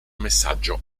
messaggio